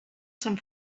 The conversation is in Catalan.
sant